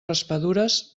raspadures